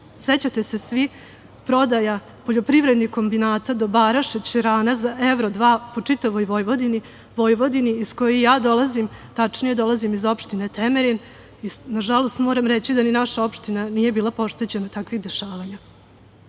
Sećate se svi prodaja poljoprivrednih kombinata, dobara, šećerana, za evro-dva po čitavoj Vojvodini, iz koje ja dolazim, tačnije, dolazim iz opštine Temerin. Nažalost, moram reći da ni naša opština nije bila pošteđena takvih dešavanja.Sećate